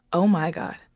oh, my god.